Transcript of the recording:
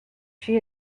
she